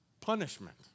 punishment